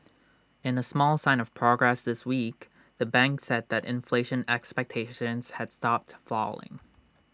in A small sign of progress this week the bank said that inflation expectations had stopped falling